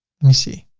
me see,